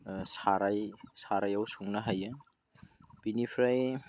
सारायाव संनो हायो बेनिफ्राय